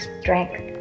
strength